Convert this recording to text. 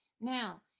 Now